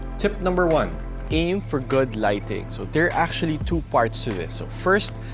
tip number one aim for good lighting. so there are actually two parts to this. so first,